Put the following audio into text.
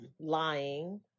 lying